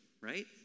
right